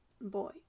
boy